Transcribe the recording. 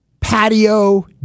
patio